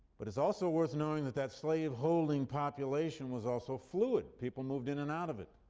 but it's also worth knowing that that slaveholding population was also fluid, people moved in and out of it.